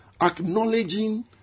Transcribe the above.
acknowledging